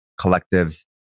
collectives